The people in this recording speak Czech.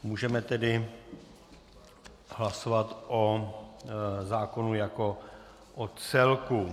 Můžeme tedy hlasovat o zákonu jako celku.